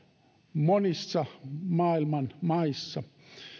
monissa maailman maissa